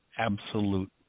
absolute